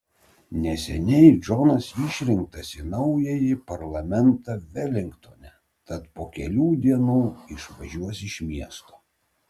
neseniai džonas išrinktas į naująjį parlamentą velingtone tad po kelių dienų išvažiuos iš miesto